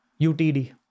UTD